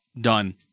done